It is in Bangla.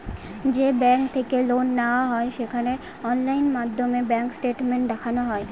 যে ব্যাঙ্ক থেকে লোন নেওয়া হয় সেখানে অনলাইন মাধ্যমে ব্যাঙ্ক স্টেটমেন্ট দেখানো হয়